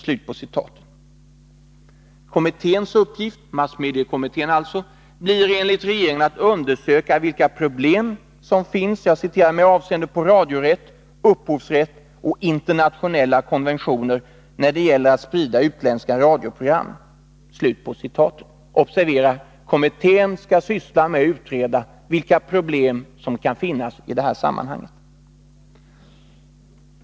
Massmediekommitténs uppgift blir enligt regeringen att undersöka vilka ”problem som finns med avseende på radiorätt, upphovsrätt och internationella konventioner när det gäller att sprida utländska radioprogram”. Observera: Kommittén skall syssla med att utreda vilka problem som kan finnas i det här sammanhanget.